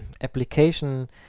application